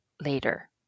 later